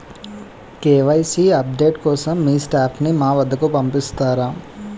KYC update కోసం మీ staff ని మా వద్దకు పంపిస్తారా?